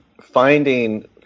finding